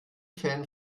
fan